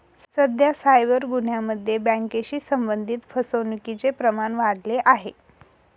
सध्या सायबर गुन्ह्यांमध्ये बँकेशी संबंधित फसवणुकीचे प्रमाण वाढले आहे